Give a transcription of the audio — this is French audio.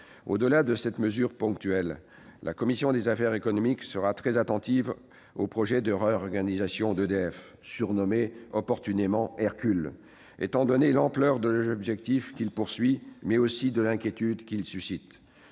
Au-delà de cette mesure ponctuelle, la commission des affaires économiques sera très attentive au projet de réorganisation d'EDF, opportunément dénommé « Hercule », étant donné l'ampleur de l'objectif visé, mais aussi de l'inquiétude suscitée.